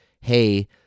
hey